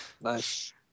Nice